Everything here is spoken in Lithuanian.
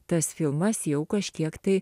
tas filmas jau kažkiek tai